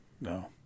No